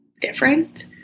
different